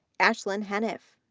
ashlyn heniff,